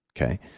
Okay